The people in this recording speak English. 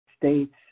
States